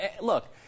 look